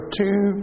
two